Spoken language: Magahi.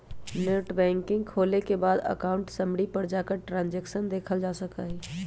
नेटबैंकिंग खोले के बाद अकाउंट समरी पर जाकर ट्रांसैक्शन देखलजा सका हई